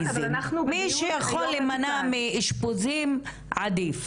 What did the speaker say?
מי שיכול להימנע מאשפוזים - עדיף.